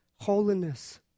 holiness